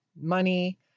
money